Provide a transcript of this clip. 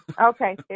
Okay